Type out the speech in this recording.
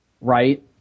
Right